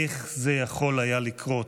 איך זה יכול היה לקרות?